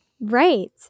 Right